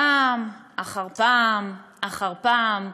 פעם אחר פעם אחר פעם.